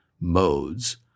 modes